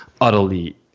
utterly